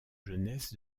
jeunesse